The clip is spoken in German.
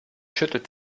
schüttelt